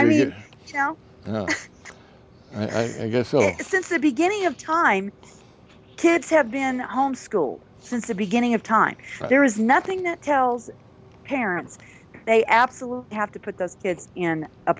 i mean you know i guess since the beginning of time kids have been home schooled since the beginning of time there is nothing that tells parents they absolutely have to put those kids in a